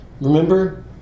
Remember